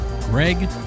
Greg